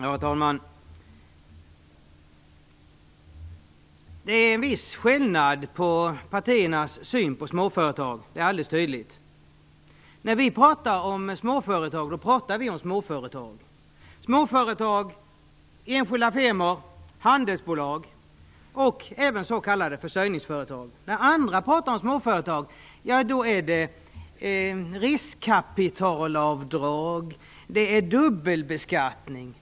Herr talman! Det är en viss skillnad mellan partiernas syn på småföretag - det är alldeles tydligt. När vi pratar om småföretag pratar vi om småföretag - småföretag, enskilda firmor, handelsbolag och även s.k. försörjningsföretag. När andra pratar om småföretag är det fråga om riskkapitalavdrag eller dubbelbeskattning.